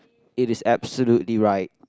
it is absolutely right